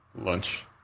Lunch